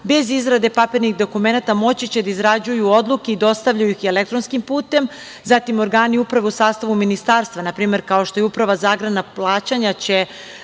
bez izrade papirnih dokumenata moći će da izrađuju odluke i dostavljaju ih elektronskim putem, zatim organi uprave u sastavu ministarstava, npr. kao što je Uprava za agrarna plaćanja,